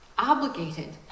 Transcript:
Obligated